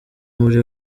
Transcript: muri